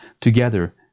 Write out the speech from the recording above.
Together